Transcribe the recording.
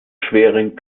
schwerin